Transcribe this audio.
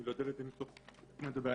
אני לא יודע על איזה ניסוח הוא מדבר.